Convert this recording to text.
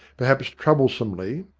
perhaps trouble somely,